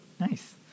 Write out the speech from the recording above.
Nice